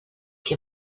què